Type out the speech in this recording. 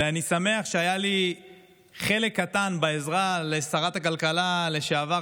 ואני שמח שהיה לי חלק קטן בעזרה לשרת הכלכלה לשעבר,